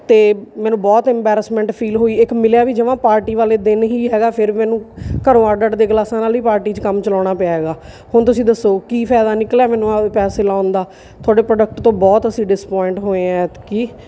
ਅਤੇ ਮੈਨੂੰ ਬਹੁਤ ਇੰਬੈਰਸਮੈਂਟ ਫੀਲ ਹੋਈ ਇੱਕ ਮਿਲਿਆ ਵੀ ਜਮਾਂ ਪਾਰਟੀ ਵਾਲੇ ਦਿਨ ਹੀ ਹੈਗਾ ਫਿਰ ਮੈਨੂੰ ਘਰੋਂ ਅੱਡ ਅੱਡ ਦੇ ਗਲਾਸਾਂ ਨਾਲ ਹੀ ਪਾਰਟੀ 'ਚ ਕੰਮ ਚਲਾਉਣਾ ਪਿਆ ਹੈਗਾ ਹੁਣ ਤੁਸੀਂ ਦੱਸੋ ਕੀ ਫਾਇਦਾ ਨਿਕਲਿਆ ਮੈਨੂੰ ਆਪਣੇ ਪੈਸੇ ਲਾਉਣ ਦਾ ਤੁਹਾਡੇ ਪ੍ਰੋਡਕਟ ਤੋਂ ਬਹੁਤ ਅਸੀਂ ਡਿਸਪੋਇੰਟ ਹੋਏ ਹਾਂ ਐਤਕੀ